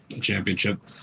championship